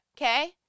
Okay